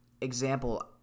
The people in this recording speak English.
example